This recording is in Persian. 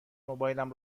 موبایلم